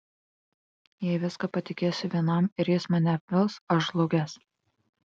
jei viską patikėsiu vienam ir jis mane apvils aš žlugęs